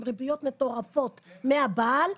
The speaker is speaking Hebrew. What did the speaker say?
עם ריביות מטורפות מהאבא,